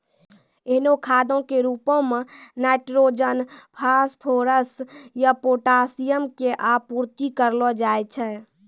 एहनो खादो के रुपो मे नाइट्रोजन, फास्फोरस या पोटाशियम के आपूर्ति करलो जाय छै